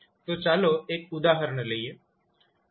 તો ચાલો એક ઉદાહરણ લઈએ